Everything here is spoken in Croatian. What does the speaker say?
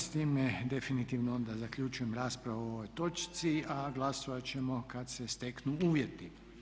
S time definitivno onda zaključujem raspravu o ovoj točci, a glasovat ćemo kad se steknu uvjeti.